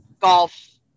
golf